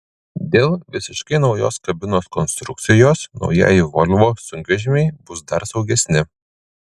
dėl visiškai naujos kabinos konstrukcijos naujieji volvo sunkvežimiai bus dar saugesni